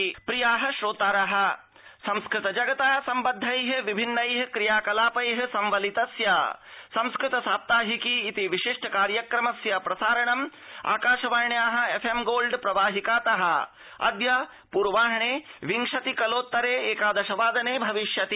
संस्कृत साप्ताहिकी प्रिया श्रोतार सेस्कृत जगता संबद्धैः विभिन्नैः क्रिया कलापैः संबलितस्य संस्कृत साप्ताहिकी इति विशिष्ट कार्यक्रमस्य प्रसारणम् आकाशवाण्या एफ्एम् गोल्ड प्रवाहिका त अद्य पूर्वाह्ने विंशति कलोत्तरे एकादश वादने भविष्यति